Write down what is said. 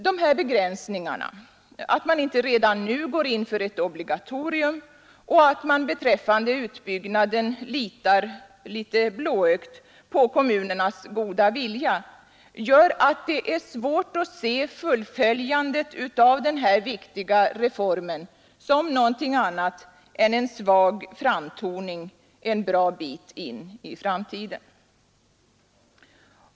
De här begränsningarna — att man inte redan nu går in för ett obligatorium och att man beträffande utbyggnaden litar litet blåögt på kommunernas goda vilja — gör att det är svårt att se fullföljandet av denna viktiga reform som någonting annat än en svag framtoning en bra bit in i framtiden.